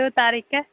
दू तारीखक